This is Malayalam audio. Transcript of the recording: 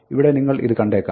ഇവിടെ നിങ്ങൾ ഇത് കണ്ടേക്കാം